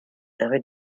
rue